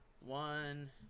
one